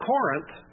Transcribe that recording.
Corinth